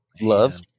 Love